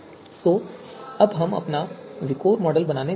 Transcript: तो अब हम अपना विकोर मॉडल बनाने जा रहे हैं